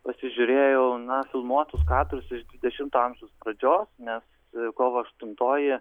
pasižiūrėjau na filmuotus kadrus iš dvidešimto amžiaus pradžios nes kovo aštuntoji